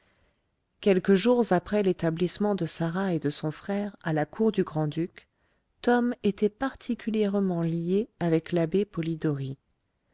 quelques jours après l'établissement de sarah et de son frère à la cour du grand-duc tom était particulièrement lié avec l'abbé polidori